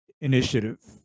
initiative